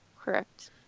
Correct